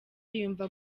yumva